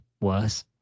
worse